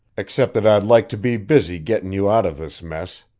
except that i'd like to be busy gettin' you out of this mess.